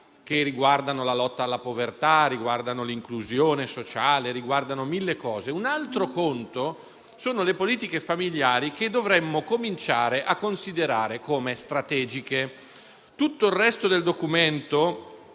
che riguardano la lotta alla povertà, l'inclusione sociale e altre mille cose, un altro sono le politiche familiari, che dovremmo cominciare a considerare come strategiche. Tutto il resto del documento,